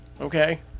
Okay